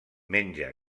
menja